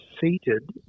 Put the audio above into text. seated